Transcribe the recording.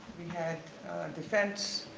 had defense,